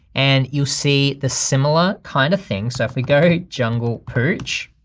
and you'll see the similar kind of thing so if we go jungle pooch.